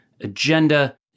agenda